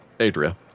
Adria